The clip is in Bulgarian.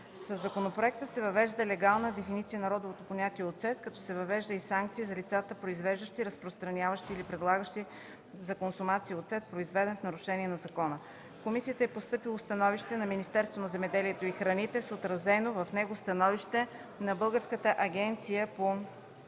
Със законопроекта се въвежда легална дефиниция на родовото понятие „оцет”, като се въвежда и санкция за лицата, произвеждащи, разпространяващи или предлагащи за консумация оцет, произведен в нарушение на закона. В комисията е постъпило становище на Министерството на земеделието и храните, с отразено в него становище на Българската агенция по